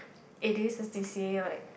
it is a C_C_A like